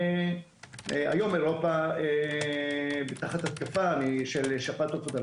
היום אירופה תחת התקפה של שפעת עופות,